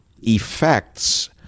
effects